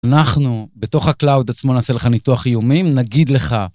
אנחנו בתוך הקלאוד עצמו נעשה לך ניתוח איומים, נגיד לך...